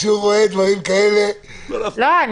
כשהוא רואה דברים כאלה --- לא להפריע.